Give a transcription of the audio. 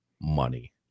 money